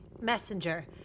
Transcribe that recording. Messenger